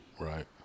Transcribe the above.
Right